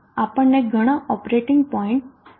આપણને ઘણા operating point જોઈએ છે